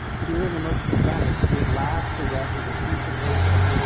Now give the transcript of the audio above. here in the merchant of venice he at last possesses a piece of paper,